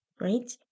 right